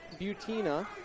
Butina